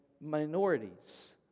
minorities